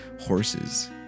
horses